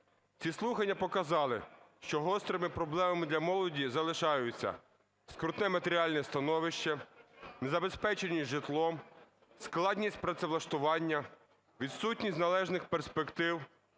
Ці слухання показали, що гострими проблемами для молоді залишаються скрутне матеріальне становище, незабезпеченість житлом, складність працевлаштування, відсутність належних перспектив,